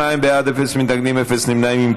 52 בעד, אפס מתנגדים, אפס נמנעים.